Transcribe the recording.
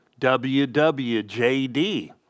WWJD